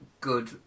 good